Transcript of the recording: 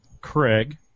Craig